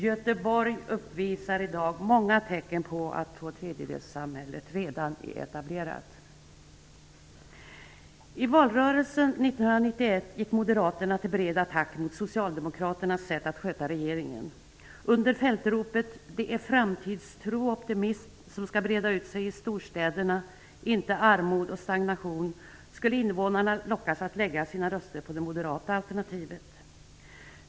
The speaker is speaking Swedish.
Göteborg uppvisar i dag många tecken på att tvåtredjedelssamhället redan är etablerat. I valrörelsen 1991 gick Moderaterna till bred attack mot Socialdemokraternas sätt att sköta regeringen. Under fältropet ''Det är framtidstro och optimism som skall breda ut sig i storstäderna, inte armod och stagnation'' skulle invånarna lockas att lägga sina röster på det moderata alternativet.